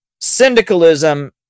syndicalism